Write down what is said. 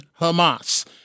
Hamas